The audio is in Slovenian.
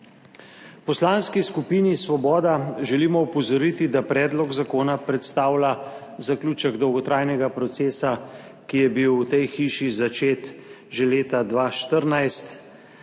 V Poslanski skupini Svoboda želimo opozoriti, da predlog zakona predstavlja zaključek dolgotrajnega procesa, ki je bil v tej hiši začet že leta 2014